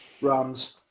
Rams